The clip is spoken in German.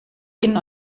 innen